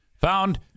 found